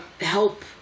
help